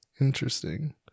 Interesting